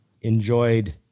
enjoyed